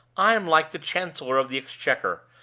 i'm like the chancellor of the exchequer.